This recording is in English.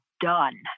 done